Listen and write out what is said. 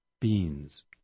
Beans